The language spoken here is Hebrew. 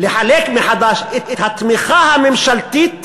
לחלק מחדש את התמיכה הממשלתית